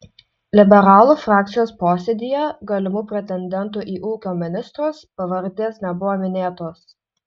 liberalų frakcijos posėdyje galimų pretendentų į ūkio ministrus pavardės nebuvo minėtos